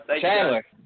Chandler